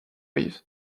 wave